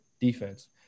defense